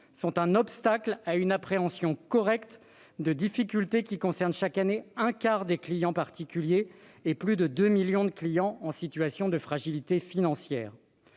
sont un obstacle à une appréhension correcte de difficultés qui concernent chaque année un quart des clients particuliers et plus de deux millions de clients en situation de fragilité financière.